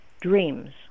dreams